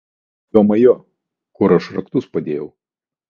jomajo kur aš raktus padėjau